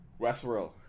Westworld